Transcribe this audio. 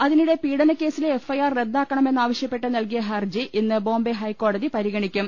അതിനിടെ പീഡനക്കേസിലെ F I R റദ്ദാക്ക ണമെന്നാവശ്യപ്പെട്ട് നൽകിയ ഹർജി ഇന്ന് ബോംബെ ഹൈക്കോടതി പരിഗണിക്കും